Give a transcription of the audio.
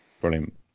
Brilliant